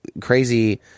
crazy